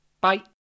bye